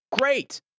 Great